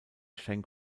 schenk